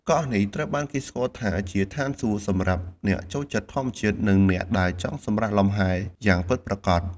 កោះនេះត្រូវបានគេស្គាល់ថាជាឋានសួគ៌សម្រាប់អ្នកចូលចិត្តធម្មជាតិ និងអ្នកដែលចង់សម្រាកលំហែយ៉ាងពិតប្រាកដ។